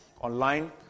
online